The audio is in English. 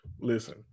Listen